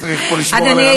צריך פה לשמור על ערנות.